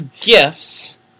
gifts